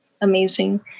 Amazing